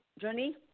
journey